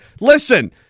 listen